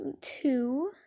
two